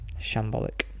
Shambolic